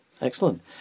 excellent